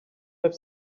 have